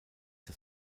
das